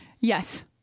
Yes